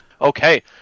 okay